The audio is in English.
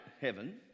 heaven